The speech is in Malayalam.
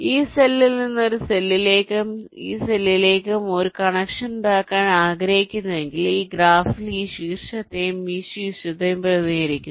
ഈ സെല്ലിൽ നിന്ന് ഈ സെല്ലിലേക്കും ഈ സെല്ലിലേക്കും ഈ സെല്ലിലേക്കും ഒരു കണക്ഷൻ ഉണ്ടാക്കാൻ ആഗ്രഹിക്കുന്നുവെങ്കിൽ ഈ ഗ്രാഫിൽ ഈ ശീർഷത്തെയും ഈ ശീർഷത്തെയും പ്രതിനിധീകരിക്കുന്നു